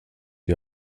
die